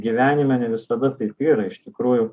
gyvenime ne visada taip yra iš tikrųjų